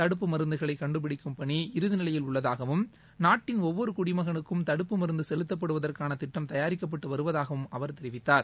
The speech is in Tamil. தடுப்பு மருந்துகளை கண்டுபிடிக்கும் பணி இறுதி நிலையில் உள்ளதாகவும் நாட்டின் ஒவ்வொரு குடிமகனுக்கும் தடுப்பு மருந்து செலுத்தப்படுவதற்கான திட்டம் தயாரிக்கப்பட்டு வருவதாக அவர் தெரிவித்தார்